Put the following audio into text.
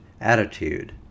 attitude